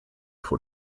for